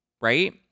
right